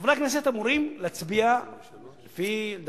חברי הכנסת אמורים להצביע, לדעתי,